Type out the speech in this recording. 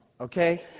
okay